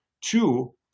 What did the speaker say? Two